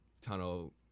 tunnel